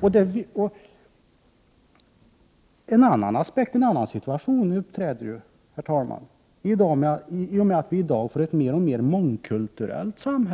Dessutom är situationen i dag en annan, eftersom samhället blir mer och mer mångkulturellt.